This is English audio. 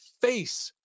face